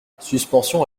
suspension